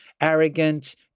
arrogant